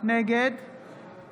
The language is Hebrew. נגד